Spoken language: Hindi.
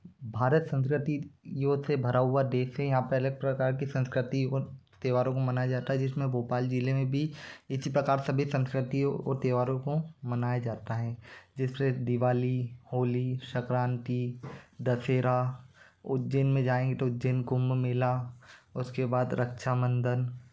भारतीय संस्कृतियों से भरा हुआ देश है यहाँ पर अलग प्रकार की संस्कृति उन त्यौहारों को मनाया जाता है जिस में भोपाल ज़िले में भी इसी प्रकार सभी संस्कृतियों और त्यौहारों को मनाया जाता है जिस से दिवाली होली संक्रांति दशहरा उज्जैन में जाएंगे तो उज्जैन कुम्भ मेला उसके बाद रक्षाबंधन